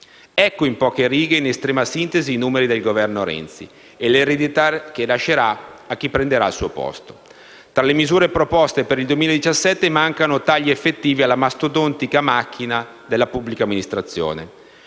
Ecco, in poche righe e in estrema sintesi, i numeri del governo Renzi e l'eredità che lascerà a chi prenderà il suo posto. Tra le misure proposte per il 2017 mancano tagli effettivi alla mastodontica macchina della pubblica amministrazione.